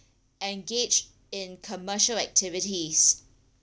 engage in commercial activities